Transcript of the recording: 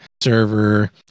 server